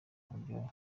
n’uburyohe